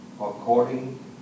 according